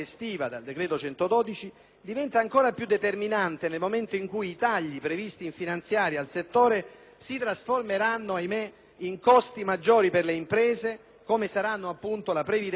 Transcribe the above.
diventa ancora più determinante nel momento in cui i tagli previsti in finanziaria al settore si trasformeranno - ahimè - in costi maggiori per le imprese, come sarà per la previdenza e le assicurazioni se